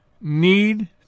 need